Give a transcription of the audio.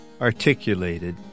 articulated